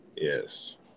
Yes